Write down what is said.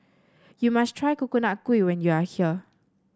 you must try Coconut Kuih when you are here